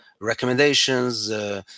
recommendations